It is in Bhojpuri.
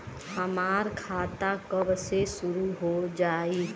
हमार खाता कब से शूरू हो जाई?